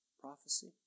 prophecy